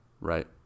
Right